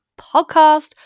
podcast